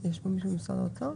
יש פה מישהו ממשרד האוצר?